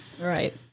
Right